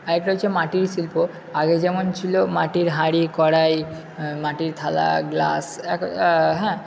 আরেকটা হচ্ছে মাটির শিল্প আগে যেমন ছিল মাটির হাঁড়ি কড়াই মাটির থালা গ্লাস হ্যাঁ